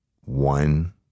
one